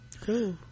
Cool